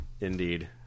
Indeed